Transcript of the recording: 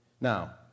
Now